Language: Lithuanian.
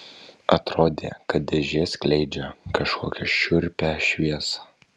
atrodė kad dėžė skleidžia kažkokią šiurpią šviesą